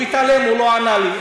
הוא התעלם, הוא לא ענה לי.